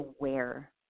aware